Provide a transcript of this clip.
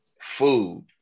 food